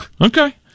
Okay